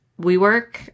WeWork